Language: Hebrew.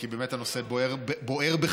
כי באמת הנושא בוער בך,